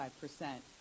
percent